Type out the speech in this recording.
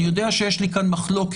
אני יודע שיש לי כאן מחלוקת,